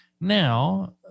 Now